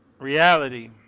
Reality